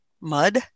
Mud